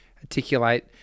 articulate